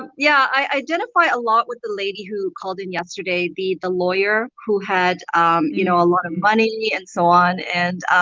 yeah, i identify a lot with the lady who called in yesterday, the the lawyer, who had you know a lot of money and so on and,